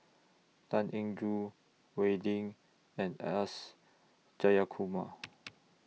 Tan Eng Joo Wee Lin and S Jayakumar